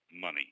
money